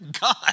God